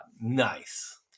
Nice